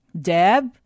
Deb